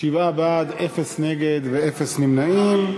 שבעה בעד, אין נגד ואין נמנעים.